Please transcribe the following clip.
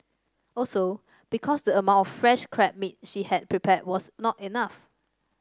also because the amount of fresh crab meat she had prepared was not enough